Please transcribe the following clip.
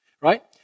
right